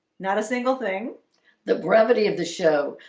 not a single thing the brevity of the show,